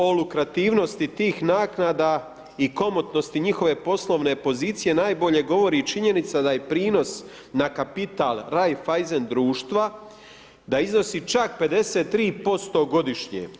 O lukrativnosti tih naknada i komotnosti njihove poslovne pozicije najbolje govori i činjenica da je prinos na kapital Raiffeisen društva da iznosi čak 53% godišnje.